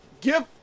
give